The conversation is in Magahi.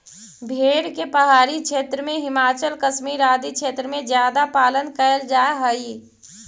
भेड़ के पहाड़ी क्षेत्र में, हिमाचल, कश्मीर आदि क्षेत्र में ज्यादा पालन कैल जा हइ